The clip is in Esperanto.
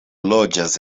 loĝas